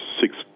six